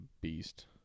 beast